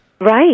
Right